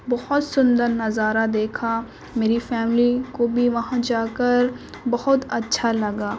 بہت سندر نظارہ دیکھا میری فیملی کو بھی وہاں جا کر بہت اچھا لگا